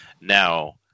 now